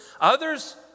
others